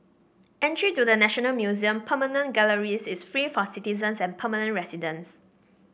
entry to the National Museum permanent galleries is free for citizens and permanent residents